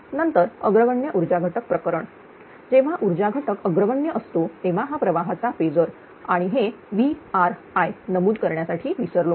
नंतर अग्रगण्य ऊर्जा घटक प्रकरण जेव्हा उर्जा घटक अग्रगण्य असतो तेव्हा हा प्रवाहाचा फेजर आणि हे VR I नमूद करण्यासाठी विसरलो